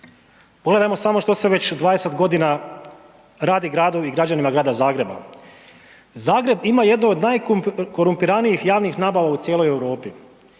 Pogledajmo samo što se već 20 godina radi gradu i građanima grada Zagreba. Zagreb ima jednu od najkorumpiranijih javnih nabava u cijeloj Europi,